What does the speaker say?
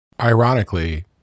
Ironically